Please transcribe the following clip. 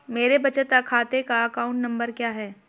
मेरे बचत खाते का अकाउंट नंबर क्या है?